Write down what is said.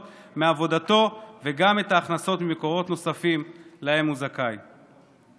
מעבודתו וגם את ההכנסות ממקורות נוספים שהוא זכאי להן.